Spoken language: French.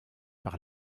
par